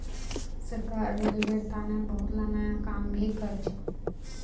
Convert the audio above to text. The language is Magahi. सरकार रेलवेर तने बहुतला नया काम भी करछ